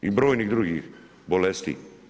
I brojnih drugih bolesti.